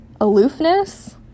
aloofness